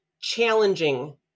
challenging